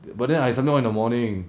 but then I something on in the morning